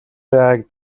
байгааг